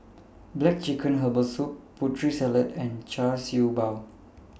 Black Chicken Herbal Soup Putri Salad and Char Siew Bao